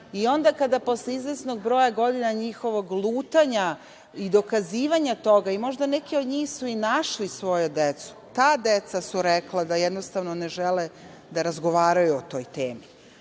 i onda kada posle izvesnog broja godina njihovog lutanja i dokazivanja toga, i možda neki od njih su i našli svoju decu. Ta deca su rekla da jednostavno ne žele da razgovaraju o toj temi. Mi